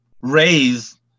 raise